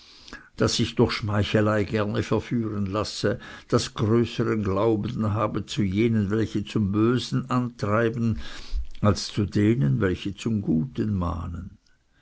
das sich durch schmeichelei gerne verführen lasse das größern glauben habe zu denen welche zum bösen antreiben als zu denen welche zum guten mahnen